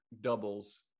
doubles